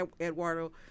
Eduardo